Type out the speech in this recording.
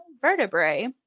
vertebrae